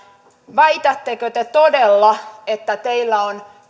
väitättekö te todella että teillä on